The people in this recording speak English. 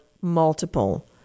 multiple